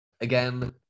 again